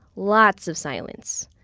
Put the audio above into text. lots of silence.